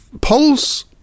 Polls